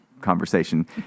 conversation